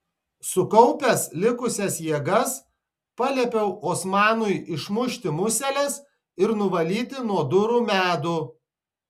sukaupęs likusias jėgas paliepiau osmanui išmušti museles ir nuvalyti nuo durų medų